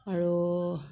আৰু